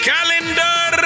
Calendar